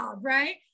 right